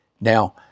Now